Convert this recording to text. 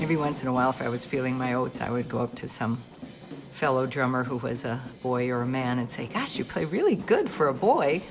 be once in a while i was feeling my oats i would go up to some fellow drummer who was a boy or a man and say gosh you play really good for a boy